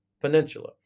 peninsula